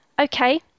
Okay